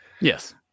Yes